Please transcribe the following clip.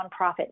nonprofit